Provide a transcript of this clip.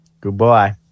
Goodbye